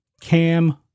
Cam